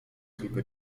tylko